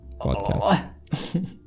podcast